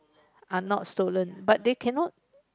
are not stolen but they cannot